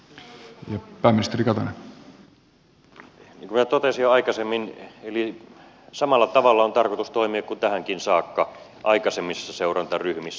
niin kuin minä totesin jo aikaisemmin samalla tavalla on tarkoitus toimia kuin tähänkin saakka aikaisemmissa seurantaryhmissä